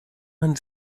man